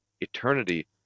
eternity